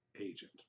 agent